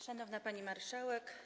Szanowna Pani Marszałek!